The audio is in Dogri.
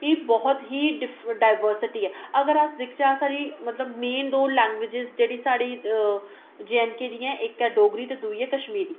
बहुत ही डाइवर्सिटी ऐ अगर अस दिखचै साढ़ी मतलब मेन दो लैंग्बेजज जेह्ड़ी साढ़ी जे एंड के दियां ऐ इक ऐ डोगरी ऐ ते दूई ऐ कश्मीरी